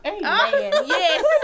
yes